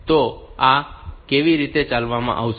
તો આ કેવી રીતે ચલાવવામાં આવશે